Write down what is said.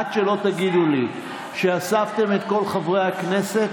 עד שלא תגידו לי שאספתם את כל חברי הכנסת,